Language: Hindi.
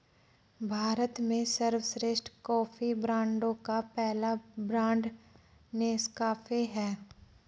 भारत में सर्वश्रेष्ठ कॉफी ब्रांडों का पहला ब्रांड नेस्काफे है